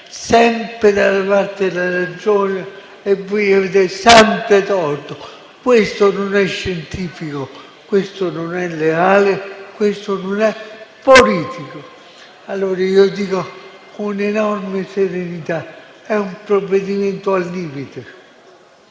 sempre dalla parte della ragione e voi avete sempre torto"? Questo non è scientifico, questo non è leale, questo non è politico. Allora io dico, con enorme serenità, che è un provvedimento al limite,